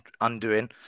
undoing